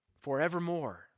Forevermore